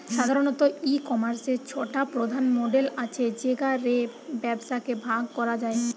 সাধারণত, ই কমার্সের ছটা প্রধান মডেল আছে যেগা রে ব্যবসাকে ভাগ করা যায়